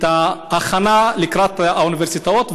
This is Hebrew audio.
את ההכנה לקראת האוניברסיטאות,